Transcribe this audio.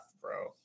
bro